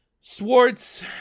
Swartz